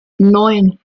neun